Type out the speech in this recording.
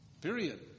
Period